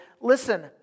listen